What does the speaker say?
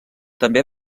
també